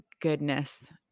goodness